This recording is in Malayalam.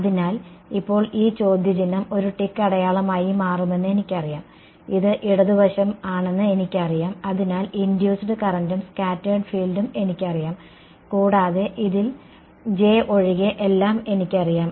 അതിനാൽ ഇപ്പോൾ ഈ ചോദ്യചിഹ്നം ഒരു ടിക്ക് അടയാളമായി മാറുമെന്ന് എനിക്കറിയാം ഇത് ഇടത് വശം ആണെന്ന് എനിക്കറിയാം അതിനാൽ ഇൻഡ്യൂസ്ഡ് കറന്റും സ്കാറ്റേർഡ് ഫീൽഡും എനിക്കറിയാം കൂടാതെ ഇതിൽ J ഒഴികെ എല്ലാം എനിക്കറിയാം